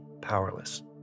powerless